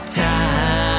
time